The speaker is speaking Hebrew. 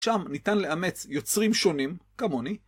שם ניתן לאמץ יוצרים שונים, כמוני.